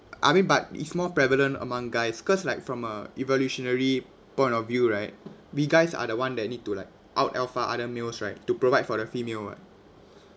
I mean but it's more prevalent among guys cause like from a evolutionary point of view right we guys are the one that need to like out alpha other males right to provide for the female [what]